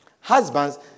Husbands